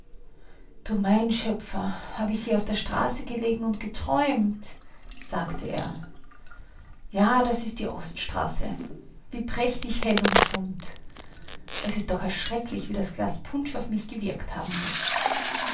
du mein schöpfer habe ich hier auf der straße gelegen und geträumt sagte er ja das ist die oststraße wie prächtig hell und bunt es ist doch erschrecklich wie das glas punsch auf mich gewirkt haben muß